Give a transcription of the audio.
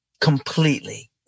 completely